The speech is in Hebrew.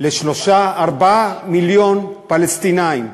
ל-4-3 מיליון פלסטינים.